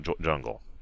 jungle